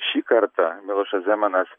šį kartą milošas zemanas